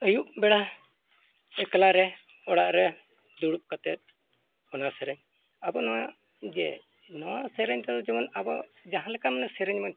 ᱟᱹᱭᱩᱵ ᱵᱮᱲᱟ ᱮᱠᱞᱟ ᱨᱮ ᱚᱲᱟᱜ ᱨᱮ ᱫᱩᱲᱩᱵ ᱠᱟᱛᱮᱫ ᱚᱱᱟ ᱥᱮᱨᱮᱧ ᱟᱵᱚ ᱱᱚᱣᱟ ᱡᱮ ᱱᱚᱣᱟ ᱥᱮᱨᱮᱧ ᱫᱚ ᱡᱮᱢᱚᱱ ᱟᱵᱚ ᱡᱟᱦᱟᱸ ᱢᱟᱱᱮ ᱥᱮᱨᱮᱧ ᱚᱱᱮ ᱪᱮᱫ ᱠᱮᱜᱼᱟ